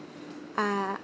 uh